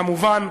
כמובן,